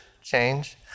change